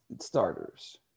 starters